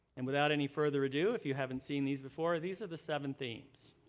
and without any further ado, if you haven't seen these before, these are the seven themes.